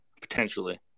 potentially